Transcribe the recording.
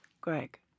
Greg